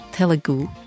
Telugu